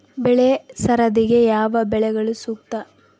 ಬೆಳೆ ಸರದಿಗೆ ಯಾವ ಬೆಳೆಗಳು ಸೂಕ್ತ?